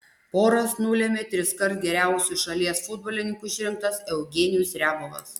poras nulėmė triskart geriausiu šalies futbolininku išrinktas eugenijus riabovas